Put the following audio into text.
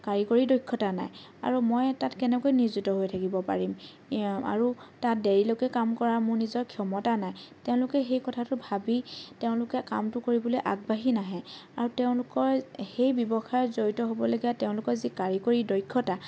কাৰিকৰী দক্ষতা নাই আৰু মই তাত কেনেকৈ নিয়োজিত হৈ থাকিব পাৰিম আৰু তাত দেৰিলৈকে কাম কৰা মোৰ নিজৰ ক্ষমতা নাই তেওঁলোকে সেই কথাটো ভাবি তেওঁলোকে কামটো কৰিবলৈ আগবাঢ়ি নাহে আৰু তেওঁলোকৰ সেই ব্যৱসায়ত জড়িত হ'বলগীয়া তেওঁলোকৰ যিটো কাৰিকৰী দক্ষতা